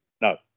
No